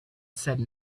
said